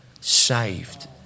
saved